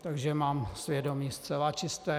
Takže mám svědomí zcela čisté.